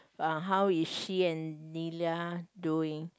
uh how is she and Lilia doing